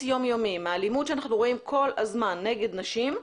יומיומי מהאלימות שאנחנו רואים כול הזמן נגד נשים,